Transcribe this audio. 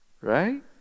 right